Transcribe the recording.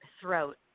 throat